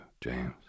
James